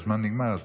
הזמן נגמר,